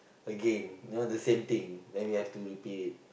again you know the same thing then we have to repeat it